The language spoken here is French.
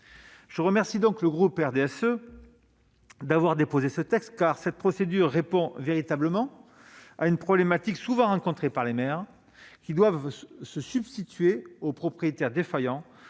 Je remercie donc le groupe du RDSE d'avoir déposé ce texte, car cette procédure répond véritablement à une problématique souvent rencontrée par les maires, qui doivent se substituer aux propriétaires défaillants